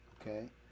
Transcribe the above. okay